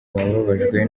bababajwe